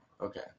Okay